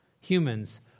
humans